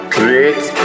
Create